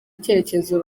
icyerekezo